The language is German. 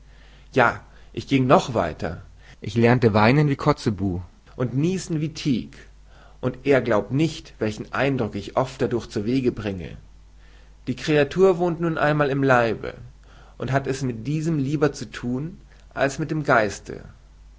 ja ich ging noch weiter ich lernte weinen wie kotzebue und niesen wie tiek und er glaubt nicht welchen eindruck ich oft dadurch zuwege bringe die kreatur wohnt nun einmal im leibe und hat es mit diesem lieber zu thun als mit dem geiste